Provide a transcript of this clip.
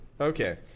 Okay